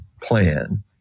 plan